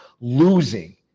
losing